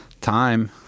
time